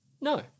no